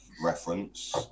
reference